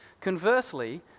Conversely